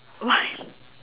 what